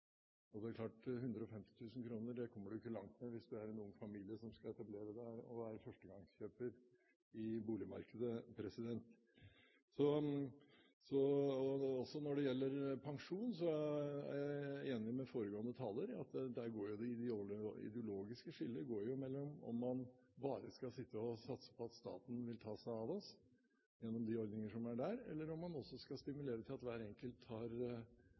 du kommer ikke langt med 150 000 kr hvis det er en ung familie som skal etablere seg og er førstegangskjøper i boligmarkedet. Når det gjelder pensjon, er jeg enig med foregående taler i at det ideologiske skillet går mellom om man bare skal satse på at staten vil ta seg av oss gjennom de ordninger som er der, eller om man også skal stimulere til at hver enkelt tar